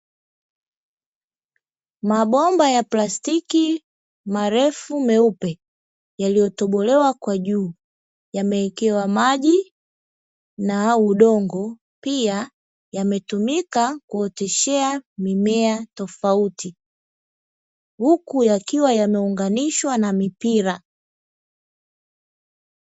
Mabomba ya plastiki marefu meupe yaliyotobolewa kwa juu, yamewekewa maji na udongo, pia yametumika kuoteshea mimea tofauti huku yakiwa yameunganishwa na mipira.